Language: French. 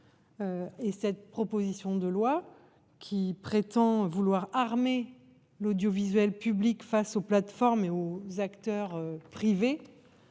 Et cette proposition de loi qui prétend vouloir armer l'audiovisuel public face aux plateformes et aux acteurs privés.